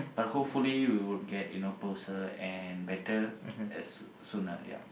but hopefully we will get you know closer and better as soon soon ah ya